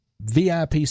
VIP